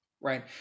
right